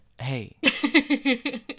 hey